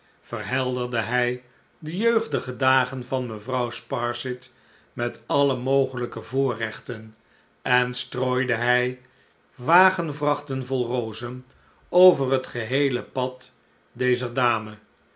verhelderde hij de jeugdige dagen van mevrouw sparsit met alle mogelijke voorrechten en strooide hij wagenvrachten vol rozen over het geheele pad dezer dame